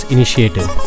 Initiative